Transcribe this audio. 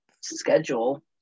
schedule